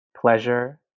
Pleasure